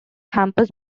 campus